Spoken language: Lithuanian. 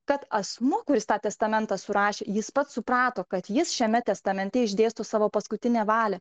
kad asmuo kuris tą testamentą surašė jis pats suprato kad jis šiame testamente išdėsto savo paskutinę valią